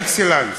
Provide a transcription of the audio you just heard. אקסלנס,